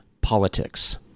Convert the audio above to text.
politics